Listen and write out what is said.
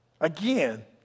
Again